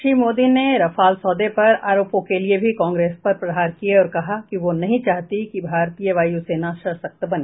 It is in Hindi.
श्री मोदी ने रफाल सौदे पर आरोपों के लिए भी कांग्रेस पर प्रहार किए और कहा कि वो नहीं चाहती कि भारतीय वायु सेना सशक्त बने